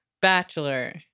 Bachelor